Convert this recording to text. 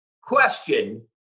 question